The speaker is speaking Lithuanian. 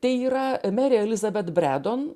tai yra mary elizabeth braddon